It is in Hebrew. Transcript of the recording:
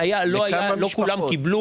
לאיזה מטרה זה הולך?